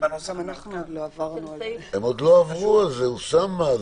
הם עוד לא עברו על זה, אוסאמה.